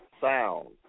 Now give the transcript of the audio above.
sound